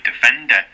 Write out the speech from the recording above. defender